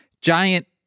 Giant